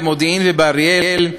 במודיעין ובאריאל.